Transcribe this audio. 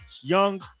Young